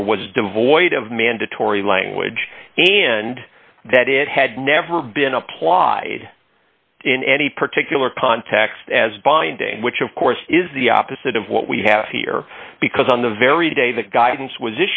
here was devoid of mandatory language and that it had never been applied in any particular context as binding which of course is the opposite of what we have here because on the very day that guidance was